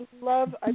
love